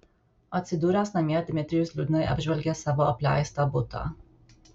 atsidūręs namie dmitrijus liūdnai apžvelgė savo apleistą butą